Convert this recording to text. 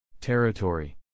Territory